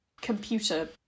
computer